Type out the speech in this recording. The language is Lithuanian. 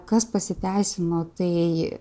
kas pasiteisino tai